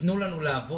תתנו לנו לעבוד.